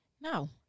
No